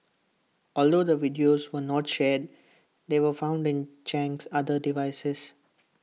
although the videos were not shared they were found in Chang's other devices